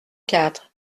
quatre